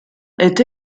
est